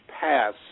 pass